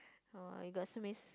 oh you got so many s~